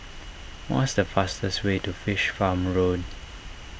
what's the fastest way to Fish Farm Road